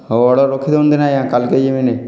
ହେଉ ଅର୍ଡ଼ର ରଖିଦିଅନ୍ତୁ ନି ଆଜ୍ଞା କାଲ୍କେ ଯିମିନି